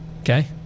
Okay